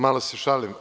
Malo se šalim.